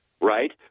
right